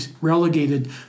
relegated